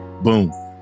Boom